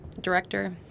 director